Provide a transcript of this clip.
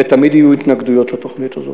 ותמיד יהיו התנגדויות לתוכנית הזאת,